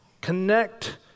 connect